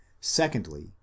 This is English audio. secondly